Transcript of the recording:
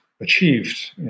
achieved